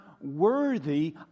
worthy